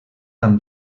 amb